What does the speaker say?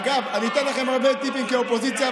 אגב, אני אתן לכם הרבה טיפים כאופוזיציה.